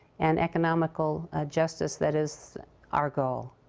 and economical justice that is our goal.